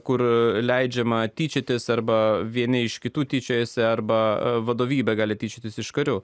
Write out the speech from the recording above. kur leidžiama tyčiotis arba vieni iš kitų tyčiojasi arba vadovybė gali tyčiotis iš karių